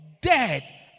Dead